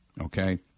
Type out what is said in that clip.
okay